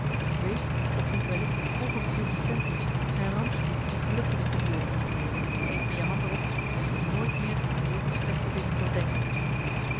weet of niet wellicht het volgend uur bestemd is zijn rampspoed in geluk te doen verkeeren geef me je hand er op dat je nooit meer aan zulke slechte dingen zult denken